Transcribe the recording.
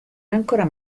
ancora